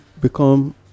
become